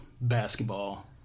basketball